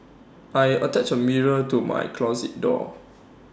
I attached A mirror to my closet door